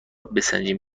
بسنجیم